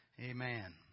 Amen